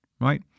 right